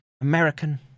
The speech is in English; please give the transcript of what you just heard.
American